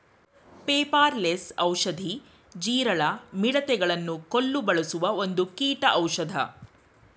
ಪೆಪಾರ ಲೆಸ್ ಔಷಧಿ, ಜೀರಳ, ಮಿಡತೆ ಗಳನ್ನು ಕೊಲ್ಲು ಬಳಸುವ ಒಂದು ಕೀಟೌಷದ